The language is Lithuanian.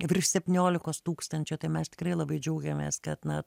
virš septyniolikos tūkstančių tai mes tikrai labai džiaugiamės kad na